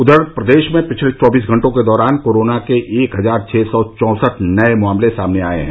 उधर प्रदेश में पिछले चौबीस घंटों के दौरान कोरोना के एक हजार छः सौ चौंसठ नये मामले सामने आये हैं